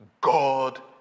God